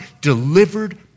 delivered